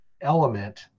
element